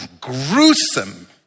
gruesome